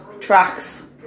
tracks